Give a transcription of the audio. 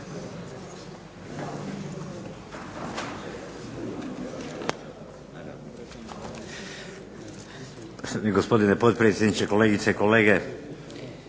Hvala vam